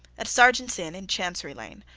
at serjeant's inn, in chancery lane,